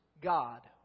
God